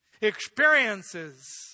Experiences